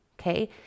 Okay